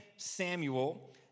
Samuel